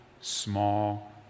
small